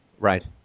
Right